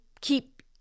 keep